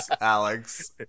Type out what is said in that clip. Alex